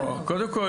קודם כל,